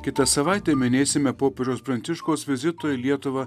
kitą savaitę minėsime popiežiaus pranciškaus vizito į lietuvą